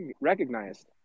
recognized